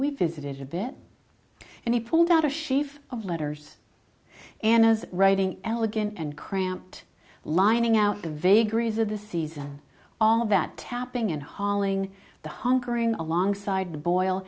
b visited a bit and he pulled out a sheaf of letters and i was writing elegant and cramped lining out the vagaries of the season all of that tapping and hauling the hunkering alongside the boil